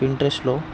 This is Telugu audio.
ఇంట్రస్ట్లో